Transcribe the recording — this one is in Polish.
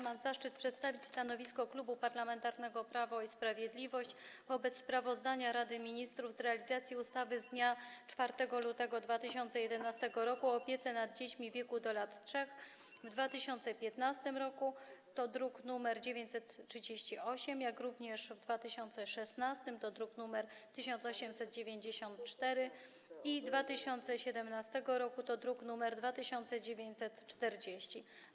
Mam zaszczyt przedstawić stanowisko Klubu Parlamentarnego Prawo i Sprawiedliwość wobec sprawozdania Rady Ministrów z realizacji ustawy z dnia 4 lutego 2011 r. o opiece nad dziećmi w wieku do lat 3 w 2015 r., druk nr 938, jak również w 2016 r., druk nr 1894, i w 2017 r., druk nr 2940.